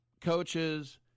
Coaches